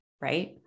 right